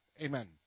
Amen